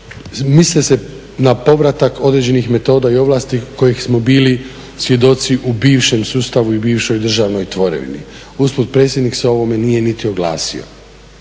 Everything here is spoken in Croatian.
misli se na povratak određenih metoda i ovlasti kojih smo bili svjedoci u bivšem sustavu i bivšoj državnoj tvorevini. Usput, predsjednik se o ovome nije niti oglasio.